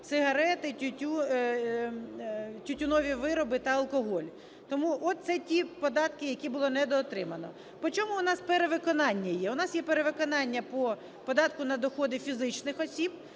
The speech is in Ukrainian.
сигарети, тютюнові вироби та алкоголь. Тому от це ті податки, які було недоотримано. По чому у нас перевиконання є. У нас є перевиконання по податку на доходи фізичних осіб.